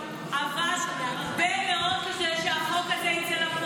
ועבד הרבה מאוד כדי שהחוק הזה יצא לפועל.